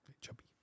chubby